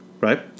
right